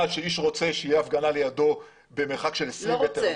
שהאיש רוצה שתהיה הפגנה לידו במרחק של 20 מטרים,